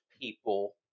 people